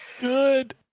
good